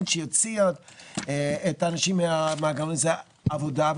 שיוציא את האנשים ממעגל העוני זה עבודה.